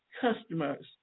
customers